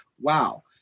wow